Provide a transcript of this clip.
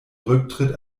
rücktritt